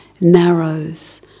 narrows